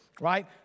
right